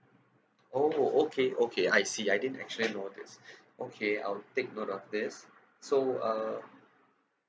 oh okay okay I see I didn't actually know this okay I'll take note of this so uh